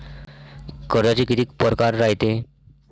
कर्जाचे कितीक परकार रायते?